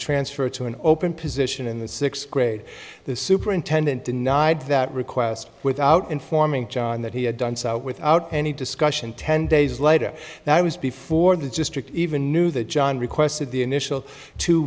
transfer to an open position in the sixth grade the superintendent denied that request without informing him that he had done so without any discussion ten days later than i was before the just to even knew that john requested the initial two